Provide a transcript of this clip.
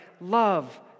love